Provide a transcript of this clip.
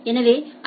எனவே ஐ